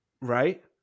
Right